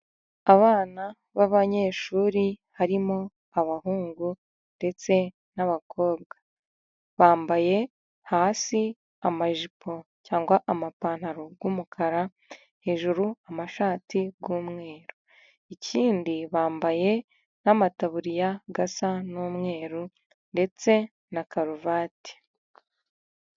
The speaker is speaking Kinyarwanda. Abana b'abanyeshuri harimo abahungu, ndetse n'abakobwa. Bambaye hasi amajipo cyangwa amapantaro y'umukara, hejuru amashati y'umweru. Ikindi, bambaye n'amataburiya asa n'umweru, ndetse na karuvati.